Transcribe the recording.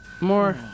more